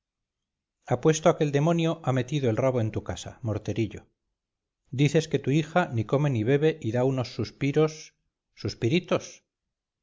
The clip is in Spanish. apuesto a que el demonio ha metido el rabo en tu casa morterillo dices que tu hija ni come ni bebe y da unos suspiros suspiritos